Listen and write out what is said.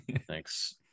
Thanks